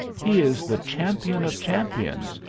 he is the champion of champions,